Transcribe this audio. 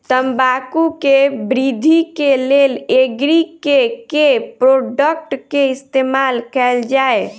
तम्बाकू केँ वृद्धि केँ लेल एग्री केँ के प्रोडक्ट केँ इस्तेमाल कैल जाय?